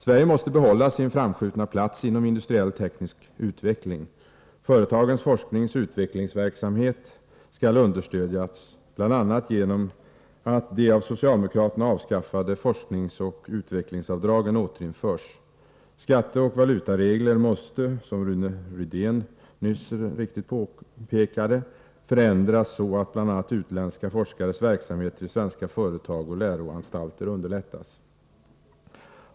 Sverige måste behålla sin framskjutna plats inom industriell teknisk utveckling. Företagens forskningsoch utvecklingsverksamhet skall understödjas, bl.a. genom att de av socialdemokraterna avskaffade FoU-avdragen återinförs. Skatteoch valutaregler måste, som Rune Rydén nyss mycket riktigt påpekade, förändras så att bl.a. utländska forskares verksamhet vid svenska företag och läroanstalter underlättas.